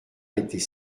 était